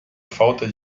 falta